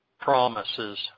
promises